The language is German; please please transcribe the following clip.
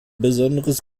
besonderes